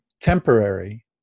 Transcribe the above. temporary